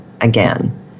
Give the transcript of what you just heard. again